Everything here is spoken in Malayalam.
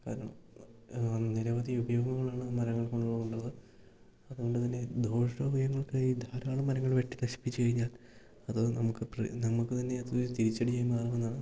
കാരണം നിരവധി ഉപയോഗങ്ങളാണ് മരങ്ങൾ കൊണ്ടുള്ളത് അതുകൊണ്ടുതന്നെ ദോഷ ഉപയോഗങ്ങൾക്കായി ധാരാളം മരങ്ങൾ വെട്ടി നശിപ്പിച്ച് കഴിഞ്ഞാൽ അത് നമുക്ക് നമുക്കുതന്നെ അത് തിരിച്ചടിയായി മാറുമെന്നാണ്